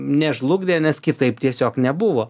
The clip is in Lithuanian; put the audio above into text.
nežlugdė nes kitaip tiesiog nebuvo